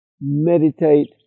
meditate